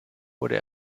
wurde